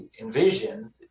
envision